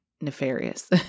nefarious